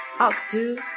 outdo